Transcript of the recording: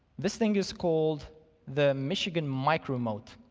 this thing is called the michigan micromould.